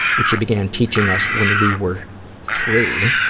which he began teaching us when we were three.